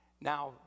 Now